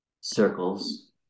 circles